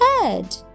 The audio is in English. head